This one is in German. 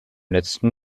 letzten